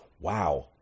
wow